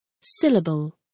Syllable